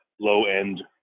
low-end